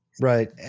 Right